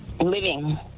Living